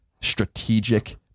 strategic